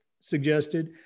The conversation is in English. suggested